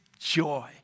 joy